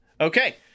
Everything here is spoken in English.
Okay